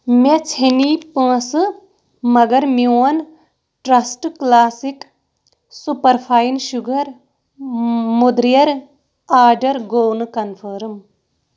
مےٚ ژھیٚنی پونٛسہٕ مَگر میون trust classic super fine sugar مٔدریر آڈَر گوٚو نہٕ کنفٲرٕم